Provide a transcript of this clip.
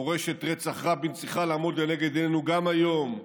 מורשת רצח רבין צריכה לעמוד לנגד עינינו גם היום,